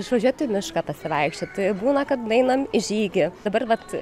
išvažiuot į mišką pasivaikščiot būna kad nueinam į žygį dabar vat